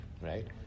right